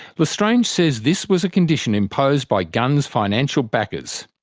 l'estrange says this was a condition imposed by gunns' financial backers.